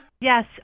Yes